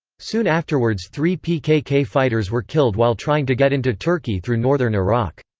soon afterwards three pkk fighters were killed while trying to get into turkey through northern iraq.